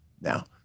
now